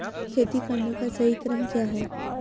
खेती करने का सही क्रम क्या है?